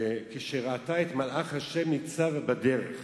כשראתה את מלאך ה' ניצב בדרך